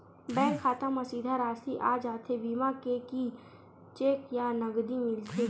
Bank खाता मा सीधा राशि आ जाथे बीमा के कि चेक या नकदी मिलथे?